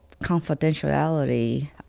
confidentiality